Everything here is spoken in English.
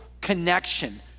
connection